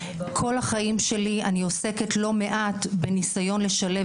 כל החיים שלי אני עוסקת לא מעט בניסיון לשלב